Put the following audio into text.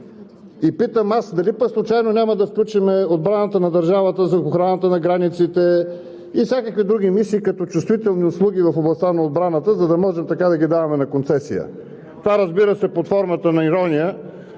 И питам аз: дали пък случайно няма да включим отбраната на държавата, за охраната на границите и всякакви други мисии като „чувствителни услуги в областта на отбраната“, за да можем така да ги даваме на концесия? Това, разбира се, е под формата на ирония.